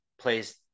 plays